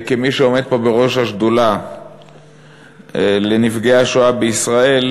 וכמי שעומד פה בראש השדולה לנפגעי השואה בישראל